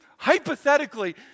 hypothetically